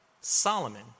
Solomon